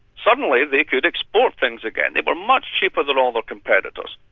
suddenly they could export things again. they were much cheaper than all their competitors.